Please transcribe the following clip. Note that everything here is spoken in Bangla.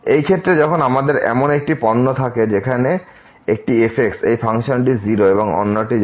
এই ক্ষেত্রে যখন আমাদের এমন একটি পণ্য থাকে যেখানে একটি f এই ফাংশনটি 0 এবং অন্যটি যায়